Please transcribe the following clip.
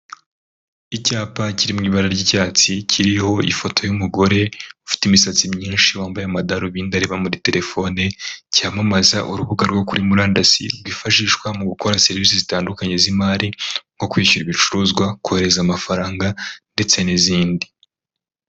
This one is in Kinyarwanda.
Icyapa kiri mu ibara ry'icyatsi, kiriho ifoto y'umugore, ufite imisatsi myinshi wambaye amadarubindi areba muri terefone, cyamamaza urubuga rwo kuri murandasi, rwifashishwa mu gukora serivisi zitandukanye z'imari, nko kwishyura ibicuruzwa, kohereza amafaranga ndetse n'izindi.